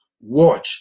Watch